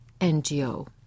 NGO